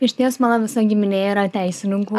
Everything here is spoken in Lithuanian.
išties mano visa giminė yra teisininkų